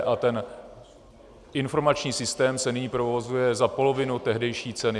A ten informační systém se nyní provozuje za polovinu tehdejší ceny.